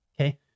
okay